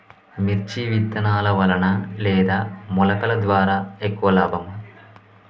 మిర్చి విత్తనాల వలన లేదా మొలకల ద్వారా ఎక్కువ లాభం?